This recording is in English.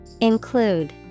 Include